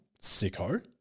sicko